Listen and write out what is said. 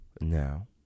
Now